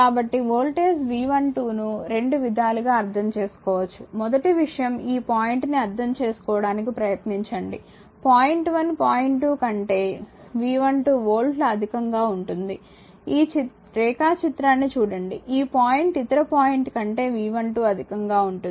కాబట్టి voltage V12 ను 2 విధాలుగా అర్థం చేసుకోవచ్చు మొదటి విషయం ఈ పాయింట్ ని అర్థం చేసుకోవడానికి ప్రయత్నించండి పాయింట్ 1 పాయింట్ 2 కంటే V12 వోల్టుల అధికంగా ఉంటుంది ఈ రేఖాచిత్రాన్ని చూడండి ఈ పాయింట్ ఇతర పాయింట్ కంటే V12 అధికంగా ఉంటుంది